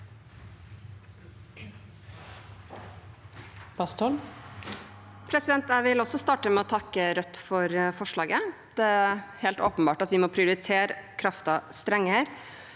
Jeg vil også starte med å takke Rødt for forslaget. Det er helt åpenbart at vi må prioritere kraften strengere.